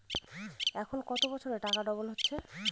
এখন কত বছরে টাকা ডবল হচ্ছে?